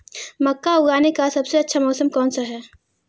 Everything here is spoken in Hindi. मक्का उगाने का सबसे अच्छा मौसम कौनसा है?